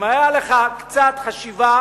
אם היתה לך קצת חשיבה